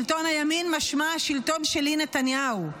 שלטון הימין, משמע, השלטון שלי, נתניהו,